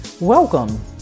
Welcome